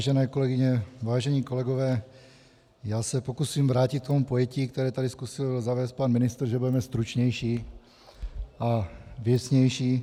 Vážené kolegyně, vážení kolegové, já se pokusím vrátit k tomu pojetí, které tady zkusil zavést pan ministr, že budeme stručnější a věcnější.